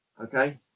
Okay